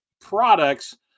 products